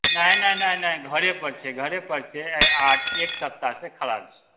नहि नहि नहि नहि घरे पर छै घरे पर छै आ एक सप्ताह से खराब छै